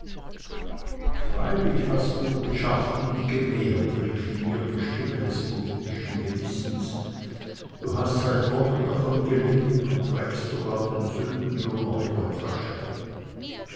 freilich hast du geschafft und gemehrt rief in mir die stimme des politischen gewissens du hast seit wochen davon gelebt und trägst sogar den sündenlohn noch in der tasche